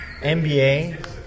NBA